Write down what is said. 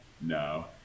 No